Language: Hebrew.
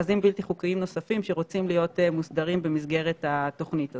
מאחזים בלתי חוקיים נוספים שרוצים להיות מוסדרים במסגרת התוכנית הזאת.